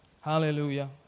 hallelujah